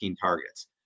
targets